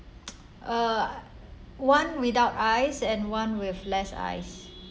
uh one without ices and one with less ices